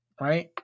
Right